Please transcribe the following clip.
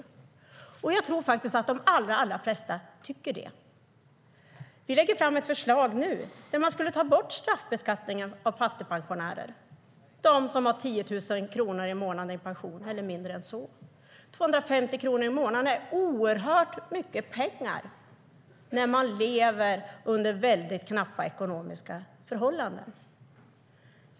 Jag tror att de allra flesta tycker det. Vi lägger fram ett förslag nu om att ta bort straffbeskattningen av fattigpensionärer, de som har 10 000 kronor i månaden i pension eller mindre än så. 250 kronor i månaden är oerhört mycket pengar för den som lever under knappa ekonomiska förhållanden.